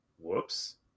Whoops